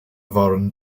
waren